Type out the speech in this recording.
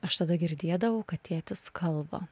aš tada girdėdavau kad tėtis kalba